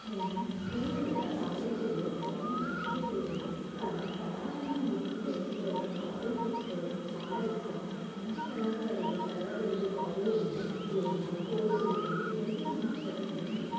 నేను స్కూల్ లేదా కాలేజీలో డ్రాయింగ్ నేర్చుకోలేదు కానీ కళారంగం గురించి తెలుసుకోవడం అర్థం చేసుకోవడం చాలా ఇష్టం మంచి కళాకారులు చదవగలిగే కాలేజీలు లేదా కోర్సుల గురించి కొంత సమాచారం ఉంది